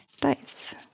dice